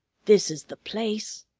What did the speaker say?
this is the place,